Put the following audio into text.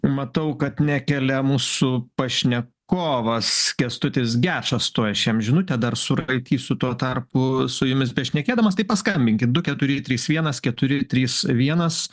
matau kad nekelia mūsų pašnekovas kęstutis gečas tuoj aš jam žinutę dar suraitysiu tuo tarpu su jumis bešnekėdamas tai paskambinkit du keturi trys vienas keturi trys vienas